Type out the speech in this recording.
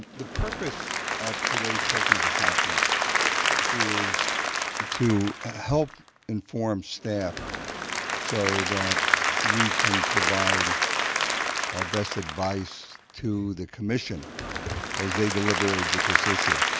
the purpose of today's technical conference is to help inform staff so that we can provide our best advice to the commission as they deliberate with this issue.